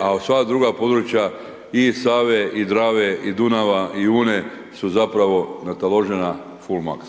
a sva druga područja i Save i Drave i Dunava i Une su zapravo nataložena ful maks.